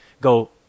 go